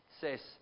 says